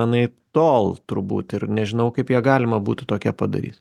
anaiptol turbūt ir nežinau kaip ją galima būtų tokią padaryt